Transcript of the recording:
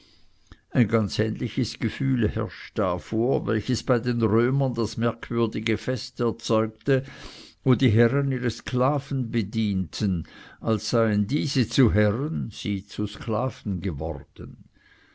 ein ganz ähnliches gefühl herrscht da vor welches bei den römern das merkwürdige fest erzeugte wo die herren ihre sklaven bedienten als seien diese zu herren sie zu sklaven geworden